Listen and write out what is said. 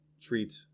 treat